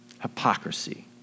Hypocrisy